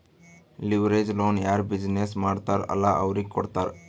leverage loan ಯಾರ್ business ಮಾಡ್ತಾರ್ ಅಲ್ಲಾ ಅವ್ರಿಗೆ ಕೊಡ್ತಾರ್